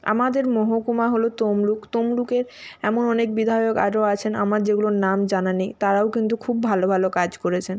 আমাদের মহকুমা হলো তমলুক তমলুকের এমন অনেক বিধায়ক আরও আছেন আমার যেগুলোর নাম জানা নেই তারাও কিন্তু খুব ভালো ভালো কাজ করেছেন